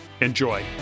enjoy